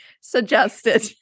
suggested